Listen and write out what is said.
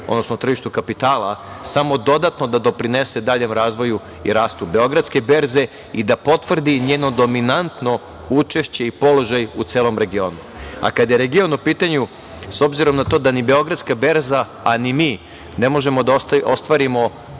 zakon o tržištu kapitala, samo dodatno da doprinese daljem razvoju i rastu Beogradske berze i da potvrdi njeno dominantno učešće i položaj u celom regionu. Kada je region u pitanju, s obzirom na to da ni Beogradska berza a ni mi, ne možemo da ostvarimo